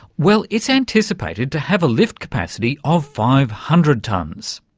well, it's anticipated to have a lift capacity of five hundred tons.